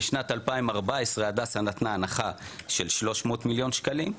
בשנת 2014 הדסה נתנה הנחה של 300 מיליון שקלים,